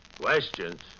Questions